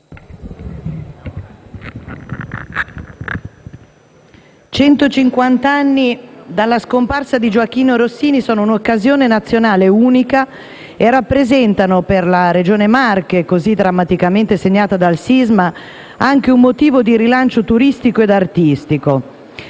anni dalla scomparsa di Gioachino Rossini sono un'occasione nazionale unica e rappresentano per la Regione Marche, così drammaticamente segnata dal sisma, anche un motivo di rilancio turistico e artistico.